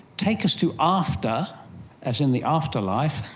take us to after, as in the afterlife,